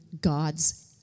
God's